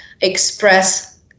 express